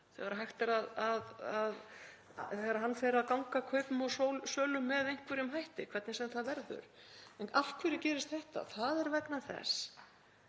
þegar hann fer að ganga kaupum og sölum með einhverjum hætti, hvernig sem það verður. En af hverju gerist þetta? Það er vegna þess